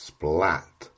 Splat